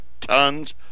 tons